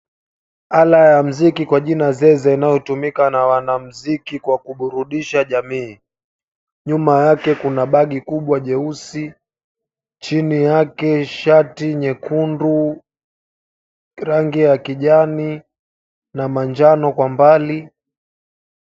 Ala ya mziki kwa jina zeze inayotumika na wanamziki kuwaburudisha jamii. Nyuma yake kuna bagi kubwa jeusi, chini yake shati nyekundu, rangi ya kijani na manjano kwa mbali.